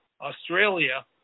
Australia